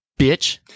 bitch